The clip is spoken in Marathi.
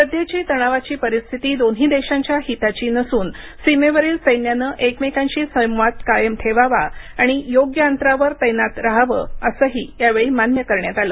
सध्याची तणावाची परिस्थिती दोन्ही देशांच्या हिताची नसून सीमेवरील सैन्यानं एकमेकांशी संवाद कायम ठेवावा आणि योग्य अंतरावर तैनात रहावं असंही यावेळी मान्य करण्यात आलं